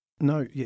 No